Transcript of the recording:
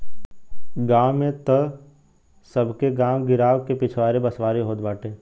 गांव में तअ सबके गांव गिरांव के पिछवारे बसवारी होत बाटे